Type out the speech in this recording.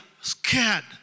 scared